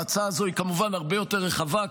ההצעה הזו היא כמובן הרבה יותר רחבה,